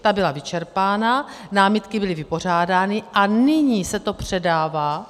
Ta byla vyčerpána, námitky byly vypořádány a nyní se to předává.